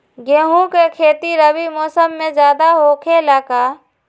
गेंहू के खेती रबी मौसम में ज्यादा होखेला का?